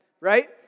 right